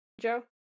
Joe